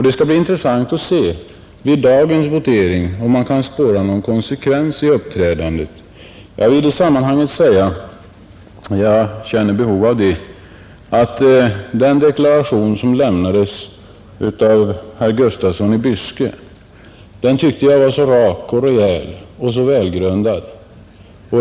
Det skall bli intressant att se vid dagens votering om man kan spåra någon konsekvens i uppträdandet. Jag vill i sammanhanget säga — jag känner ett behov av det — att jag tycker att den deklaration som lämnades av herr Gustafsson i Byske var så rak, rejäl och välgrundad.